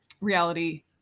reality